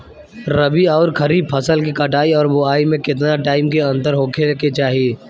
रबी आउर खरीफ फसल के कटाई और बोआई मे केतना टाइम के अंतर होखे के चाही?